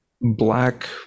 black